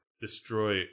Destroy